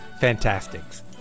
Fantastics